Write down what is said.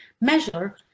measure